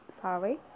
sorry